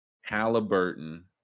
Halliburton